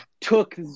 took